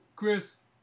Chris